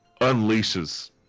unleashes